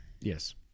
Yes